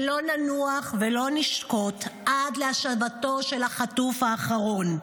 שלא ננוח ולא נשקוט עד להשבתו של החטוף האחרון.